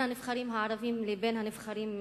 הנבחנים הערבים לבין הנבחנים היהודים.